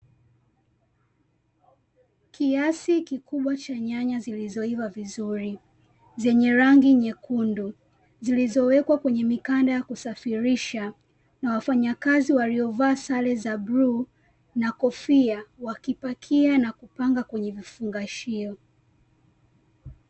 Kiasi kikubwa cha nyanya zilizoiva vizuri; zenye rangi nyekundu. Zilizowekwa kwenye mikanda ya kusafirisha na wafanyakazi waliovaa sare za bluu na kofia, wakipakia na kupanga kwenye vifungashio.